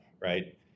right